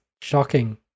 shocking